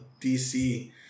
DC